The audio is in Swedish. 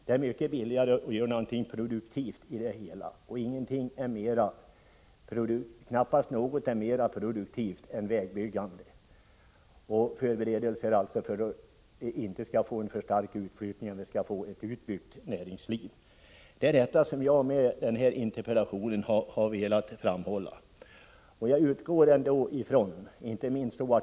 Det är mycket billigare att göra någonting produktivt, och knappast något är mera produktivt än vägbyggande — det är förberedelser för att utflyttningen inte skall bli för omfattande och för att näringslivet skall kunna byggas ut. Det är detta som jag har velat framhålla med min interpellation.